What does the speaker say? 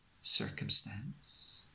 circumstance